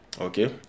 Okay